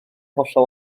hollol